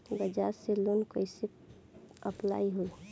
बज़ाज़ से लोन कइसे अप्लाई होई?